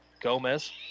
Gomez